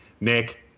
Nick